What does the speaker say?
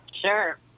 Sure